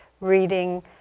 reading